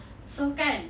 so kan